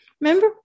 Remember